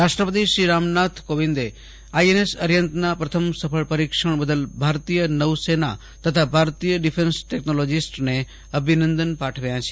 રાષ્ટ્રપતિ શ્રી રામનાથ કોવિંદે આઈએનએસ અરીહંતના પ્રથમ સફળ પરીક્ષણ બદલ ભારતીય નૌસેના તથા ભારતીય ડિફેન્સ ટેકનોલોજીસ્ટને અભિનંદન પાઠવ્યા છે